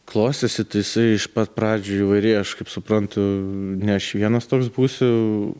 klostėsi tai jisai iš pat pradžių įvairiai aš kaip suprantu ne aš vienas toks būsiu